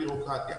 בירוקרטיה.